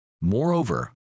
Moreover